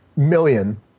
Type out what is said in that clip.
Million